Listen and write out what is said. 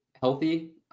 healthy